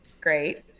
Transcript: great